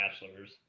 bachelor's